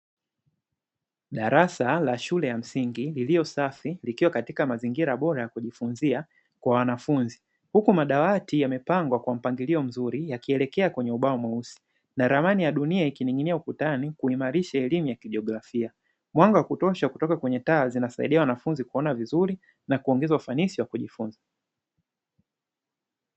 Darasa la shule ya msingi iliyo safi, likiwa katika mazingira bora ya kujifunzia kwa wanafunzi. Huku madawati yamepangwa kwa mpangilio mzuri yakielekea kwenye ubao mweusi na ramani ya dunia ikining'inia ukutani kuimarisha elimu ya kijiografia. Mwanga wa kutosha kutoka kwenye taa zinasaidia wanafunzi kuona vizuri na kuongeza ufanisi wa kujifunza.